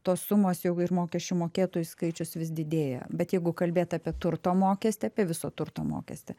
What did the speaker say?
tos sumos jau ir mokesčių mokėtojų skaičius vis didėja bet jeigu kalbėt apie turto mokestį apie viso turto mokestį